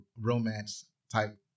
romance-type